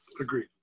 Agreed